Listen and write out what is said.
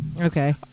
Okay